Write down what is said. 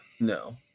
no